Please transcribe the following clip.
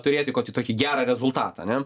turėti kokį tokį gerą rezultatą ne